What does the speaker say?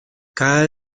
cada